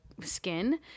skin